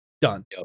done